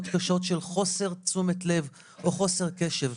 קשות של חוסר תשומת לב או חוסר קשב.